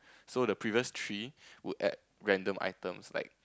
so the previous three would add random items like